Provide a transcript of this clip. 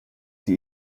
die